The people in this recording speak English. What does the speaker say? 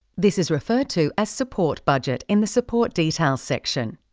this is referred to as support budget in the support details section.